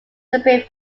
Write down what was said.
separate